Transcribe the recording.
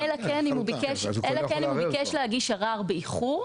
נכון, אלא אם כן הוא ביקש להגיש ערר באיחור,